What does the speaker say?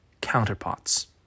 counterparts